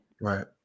Right